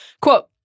Quote